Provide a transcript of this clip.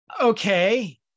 okay